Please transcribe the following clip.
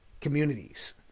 communities